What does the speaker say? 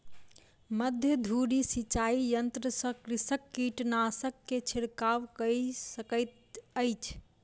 मध्य धूरी सिचाई यंत्र सॅ कृषक कीटनाशक के छिड़काव कय सकैत अछि